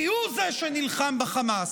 כי הוא זה שנלחם בחמאס,